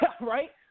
right